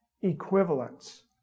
equivalence